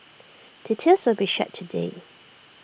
details will be shared today